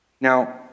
Now